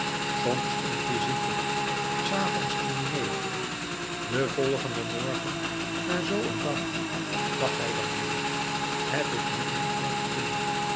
soms een visite s avonds een diner den volgenden morgen na zoo een dag dacht hij dan weêr heb ik nu niet veel te doen